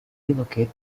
relocate